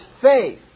faith